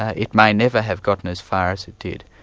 ah it may never have gotten as far as it did.